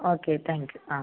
okay thank you ah